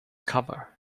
cover